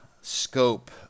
scope